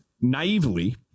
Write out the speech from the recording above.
naively